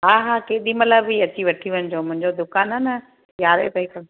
हा हा केॾी महिल बि अची वठी वञिजो मुंहिंजो दुकानु आहे न यारहें ताईं